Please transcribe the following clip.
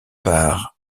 par